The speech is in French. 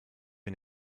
une